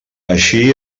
així